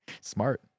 Smart